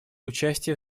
участие